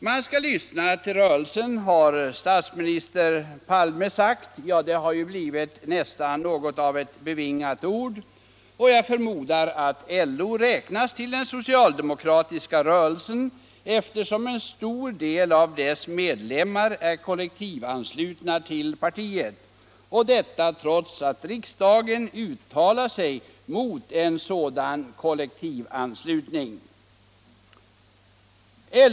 Man skall lyssna till rörelsen, har statsminister Palme sagt — det har blivit något av ett bevingat ord. Och jag förmodar att LO räknas till den socialdemokratiska rörelsen, eftersom en stor del av LO:s medlemmar är kollektivanslutna till partiet — och detta trots att riksdagen uttalat sig mot en sådan kollektivanslutning.